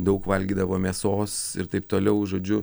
daug valgydavo mėsos ir taip toliau žodžiu